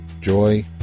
joy